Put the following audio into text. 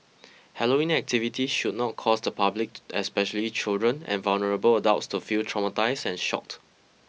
Halloween activities should not cause the public especially children and vulnerable adults to feel traumatised and shocked